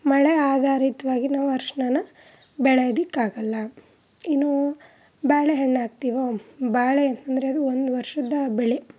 ಮಳೆ ಆಧಾರಿತವಾಗಿ ನಾವು ಅರ್ಶಿಣನ ಬೆಳೆಯೋದಿಕ್ಕಾಗಲ್ಲ ಇನ್ನು ಬಾಳೆಹಣ್ಣು ಹಾಕ್ತಿವಾ ಬಾಳೆ ಅಂದರೆ ಅದು ಒಂದು ವರ್ಷದ ಬೆಳೆ